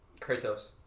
Kratos